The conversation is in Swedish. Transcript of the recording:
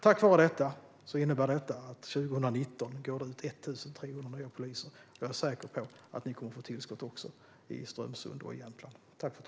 Tack vare detta går det ut 1 300 poliser 2019. Jag är säker på att ni i Strömsund och Jämtland också kommer att få ett tillskott.